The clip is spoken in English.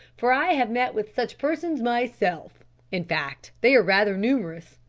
for i have met with such persons myself in fact, they are rather numerous.